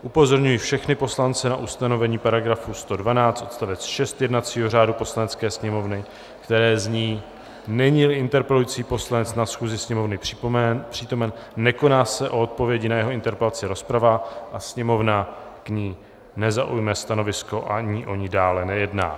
Upozorňuji všechny poslance na ustanovení § 112 odst. 6 jednacího řádu Poslanecké sněmovny, které zní: Neníli interpelující poslanec na schůzi Sněmovny přítomen, nekoná se o odpovědi na jeho interpelaci rozprava a Sněmovna k ní nezaujme stanovisko ani o ní dále nejedná.